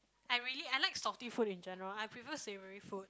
I really I like salty food in general I prefer savoury food